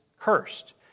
cursed